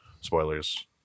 spoilers